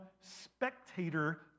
spectator